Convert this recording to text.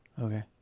Okay